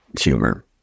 humor